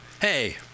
Hey